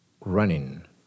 running